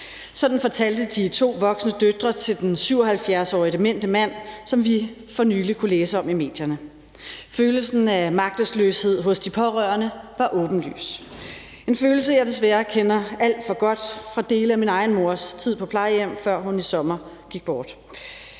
Sådan fortalte de to voksne døtre til den 77-årige demente mand, som vi for nylig kunne læse om i medierne. Følelsen af magtesløshed hos de pårørende var åbenlys. Det er en følelse, jeg desværre kender alt for godt fra dele af min egen mors tid på plejehjem, før hun i sommer gik bort.